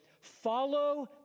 Follow